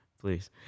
Please